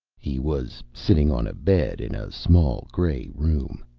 he was sitting on a bed in a small gray room.